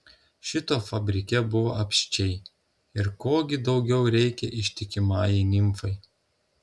šito fabrike buvo apsčiai ir ko gi daugiau reikia ištikimajai nimfai